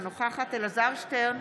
אינה נוכחת אלעזר שטרן,